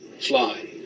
fly